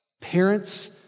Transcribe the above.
Parents